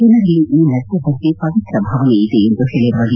ಜನರಲ್ಲಿ ಈ ನದಿಯ ಬಗ್ಗೆ ಪವಿತ್ರ ಭಾವನೆ ಇದೆ ಎಂದು ಹೇಳಿರುವ ಡಿ